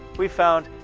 we've found,